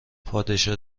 پادشاه